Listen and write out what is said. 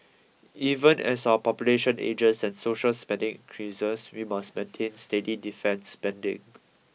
even as our population ages and social spending increases we must maintain steady defence spending